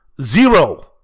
Zero